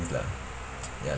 lah ya